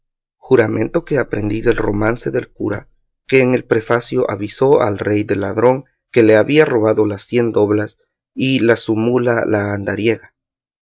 juramento que aprendí del romance del cura que en el prefacio avisó al rey del ladrón que le había robado las cien doblas y la su mula la